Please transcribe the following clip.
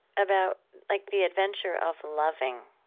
about like the adventure of loving